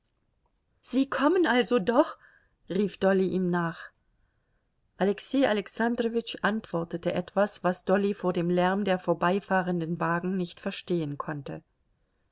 sie kommen also doch rief dolly ihm nach alexei alexandrowitsch antwortete etwas was dolly vor dem lärm der vorbeifahrenden wagen nicht verstehen konnte